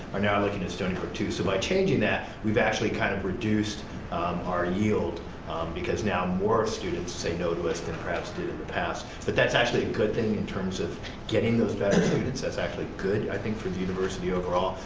are now looking to stony brook, too. so by changing that we've actually kind of reduced our yield because now more students say no to us than perhaps did in the past, but that's actually a good thing in terms of getting those better students, that's actually good i think for the university overall,